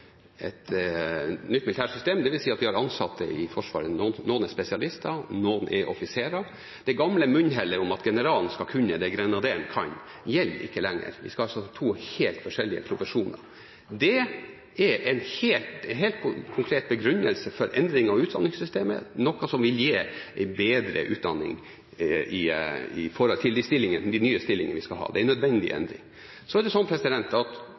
et nytt militært system. Det vil si at vi har ansatte i Forsvaret der noen er spesialister og noen er offiserer. Det gamle munnhellet om at generalen skal kunne det grenaderen kan, gjelder ikke lenger. Vi skal altså ha to helt forskjellige profesjoner. Det er en helt konkret begrunnelse for endringen av utdanningssystemet, noe som vil gi en bedre utdanning for de nye stillingene vi skal ha. Det er en nødvendig endring. Så har flere nevnt i innlegg her at